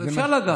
אפשר לגעת.